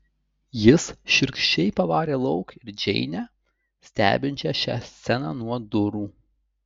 jis šiurkščiai pavarė lauk ir džeinę stebinčią šią sceną nuo durų